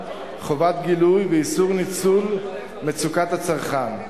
חובת גילוי ואיסור ניצול מצוקת הצרכן.